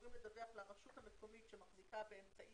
אמורים לדווח לרשות המקומית המחזיקה באמצעי